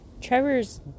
Trevor's